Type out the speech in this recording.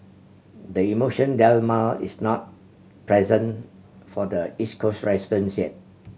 the emotion dilemma is not present for the East Coast resident